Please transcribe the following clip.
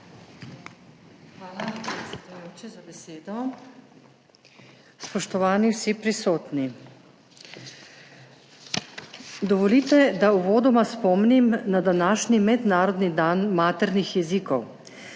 Hvala, predsedujoči, za besedo. Spoštovani vsi prisotni! Dovolite, da uvodoma spomnim na današnji mednarodni dan maternih jezikov.